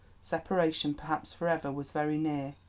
separation, perhaps for ever, was very near.